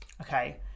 okay